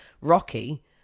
Rocky